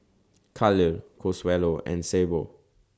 Khalil Consuelo and Sable